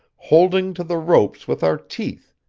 holding to the ropes with our teeth,